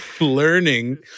learning